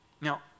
Now